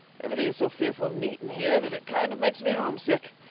everything is so fearful neat in here that it kind of makes me homesick.